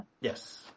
Yes